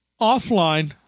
offline